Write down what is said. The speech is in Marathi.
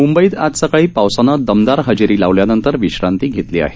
मुंबईत आज सकाळी पावसानं दमदार हजेरी लावल्यानंतर विश्रांती घेतली आहे